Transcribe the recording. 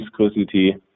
viscosity